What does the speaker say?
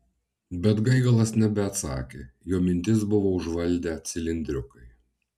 bet gaigalas nebeatsakė jo mintis buvo užvaldę cilindriukai